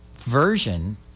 version